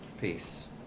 peace